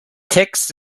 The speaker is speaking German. text